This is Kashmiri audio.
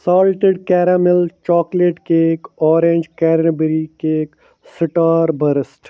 salted caramel chocolate cake orange cranberry cake star barista